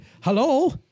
Hello